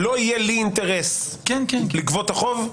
לא יהיה לי אינטרס לגבות את החוב,